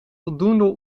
voldoende